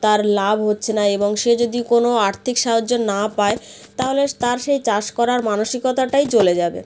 তার লাভ হচ্ছে না এবং সে যদি কোনো আর্থিক সাহায্য না পায় তাহলে তার সেই চাষ করার মানসিকতাটাই চলে যাবে